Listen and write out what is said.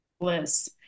bliss